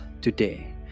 today